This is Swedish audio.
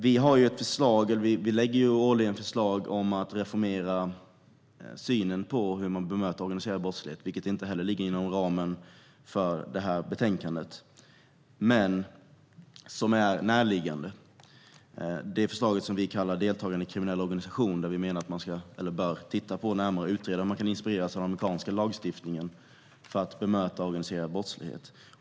Vi lägger årligen fram förslag om att reformera synen på hur man bemöter organiserad brottslighet, vilket inte ligger inom ramen för det här betänkandet men som är närliggande. I det förslag till lagstiftning som vi kallar Deltagande i kriminell organisation menar vi att man bör titta på och närmare utreda om man kan inspireras av den amerikanska lagstiftningen för att bemöta organiserad brottslighet.